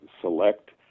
select